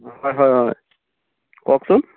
হয় হয় কওকচোন